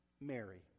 mary